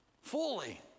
Fully